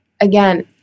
again